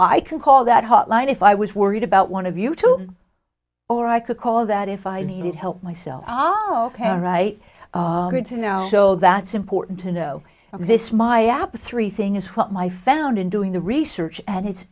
i can call that hotline if i was worried about one of you two or i could call that if i needed help myself oh ok all right now so that's important to know this my app three thing is what my found in doing the research and it's